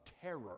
terror